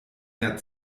mehr